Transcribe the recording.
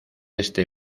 este